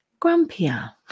grumpier